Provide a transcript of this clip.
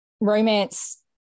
romance